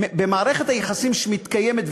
במערכת היחסים שמתקיימת,